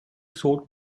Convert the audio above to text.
sought